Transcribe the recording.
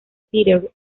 peter